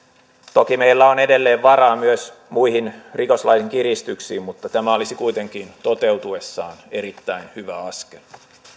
toki meillä on edelleen varaa myös muihin rikoslain kiristyksiin mutta tämä olisi kuitenkin toteutuessaan erittäin hyvä askel